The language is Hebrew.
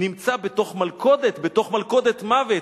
נמצא בתוך מלכודת, בתוך מלכודת מוות.